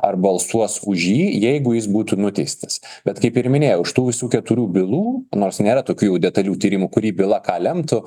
ar balsuos už jį jeigu jis būtų nuteistas bet kaip ir minėjau už tų visų keturių bylų nors nėra tokių jau detalių tyrimų kuri byla ką lemtų